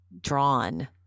drawn